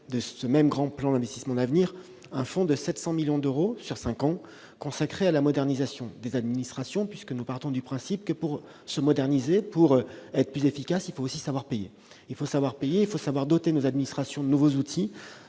de ce même grand plan d'investissement d'avenir, un fonds de 700 millions d'euros sur cinq ans consacré à la modernisation des administrations. Nous partons du principe que, pour se moderniser, pour être plus efficace, il faut savoir payer et doter nos administrations de nouveaux outils.